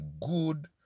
good